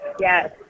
Yes